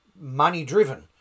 money-driven